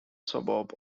suburb